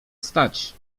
stać